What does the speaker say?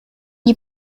you